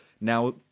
Now